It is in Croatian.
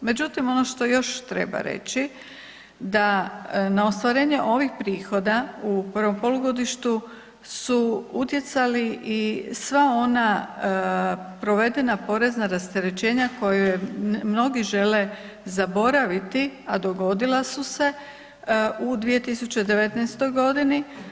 Međutim ono što još treba reći da na ostvarenje ovih prihoda u prvom polugodištu su utjecali i sva ona provedena porezna rasterećenja koja mnogi žele zaboraviti, a dogodila su se u 2019. godini.